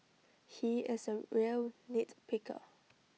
he is A real nitpicker